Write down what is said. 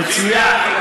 מצוין.